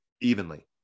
evenly